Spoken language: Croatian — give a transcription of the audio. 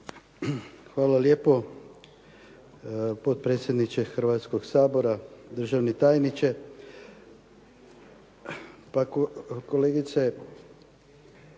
Hvala lijepo potpredsjedniče Hrvatskog sabora, državni tajniče. Pa kolegice,